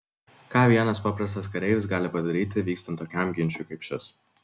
ką vienas paprastas kareivis gali padaryti vykstant tokiam ginčui kaip šis